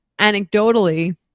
anecdotally